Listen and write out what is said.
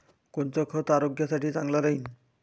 कोनचं खत आरोग्यासाठी चांगलं राहीन?